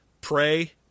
pray